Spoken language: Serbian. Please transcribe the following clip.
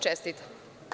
Čestitam.